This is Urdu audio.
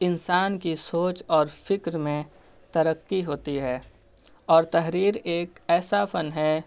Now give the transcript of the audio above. انسان کی سوچ اور فکر میں ترقی ہوتی ہے اور تحریر ایک ایسا فن ہے